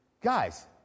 Guys